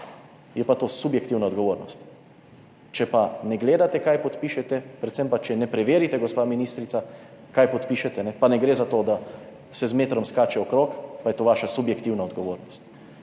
je pa to subjektivna odgovornost. Če pa ne gledate kaj podpišete, predvsem pa, če ne preverite, gospa ministrica, kaj podpišete, pa ne gre za to, da se z metrom skače okrog, pa je to vaša subjektivna odgovornost.